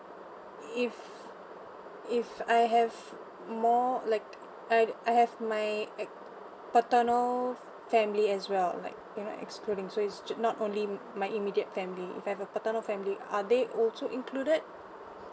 if if I have more like I I have my uh paternal family as well like you know excluding so is just not only my immediate family if I have a paternal family are they also included